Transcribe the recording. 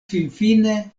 finfine